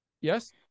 Yes